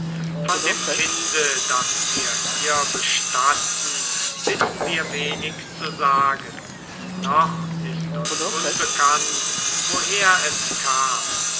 von dem kinde das wir hier bestatten wissen wir wenig zu sagen noch ist uns unbekannt woher es kam